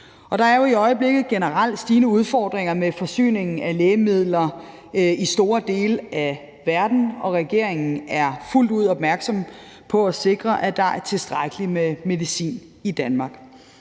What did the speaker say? Der er jo i øjeblikket generelt stigende udfordringer med forsyningen af lægemidler i store dele af verden, og regeringen er fuldt ud opmærksom på at sikre, at der er tilstrækkelig med medicin i Danmark.